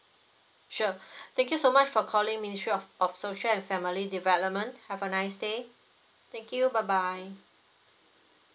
sure thank you so much for calling ministry of of social and family development have a nice day thank you bye bye